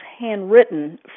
handwritten